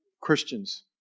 Christians